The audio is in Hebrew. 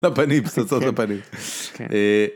לפנים, פצצות לפנים.